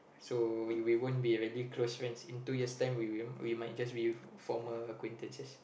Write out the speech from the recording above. so you we won't be close friends in two years time we might just be former acquaintances